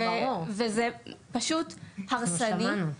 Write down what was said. זה פשוט הרסני.